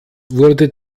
wurde